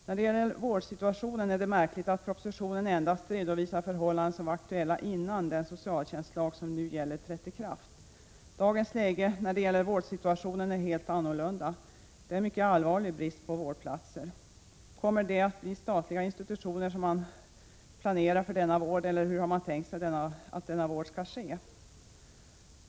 När det gäller vårdsituationen är det märkligt att man i propositionen endast redovisar förhållanden som var aktuella innan den socialtjänstlag som nu gäller trätt i kraft. Vårdsituationen i dag är en helt annan — det råder mycket allvarlig brist på vårdplatser. Planerar man statliga institutioner för denna vård eller hur har man tänkt sig att den skall ske?